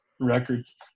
records